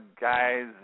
guys